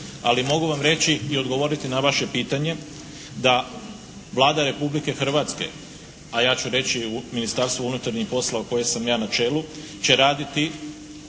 Ali mogu vam reći i odgovoriti na vaše pitanje da Vlada Republike Hrvatske, a ja ću reći u Ministarstvu unutarnjih poslova koje sam ja na čelu će raditi